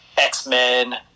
X-Men